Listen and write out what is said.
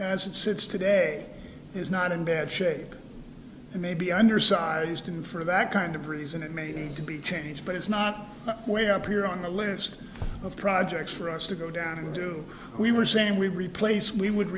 as it sits today is not in bad shape and may be undersized in for that kind of reason it may need to be changed but it's not where i appear on the list of projects for us to go down and do we were saying we replace we would